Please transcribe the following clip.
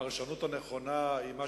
אני לא יודע אם הפרשנות הנכונה היא מה